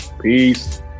Peace